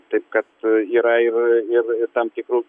taip kad yra ir ir ir tam tikrų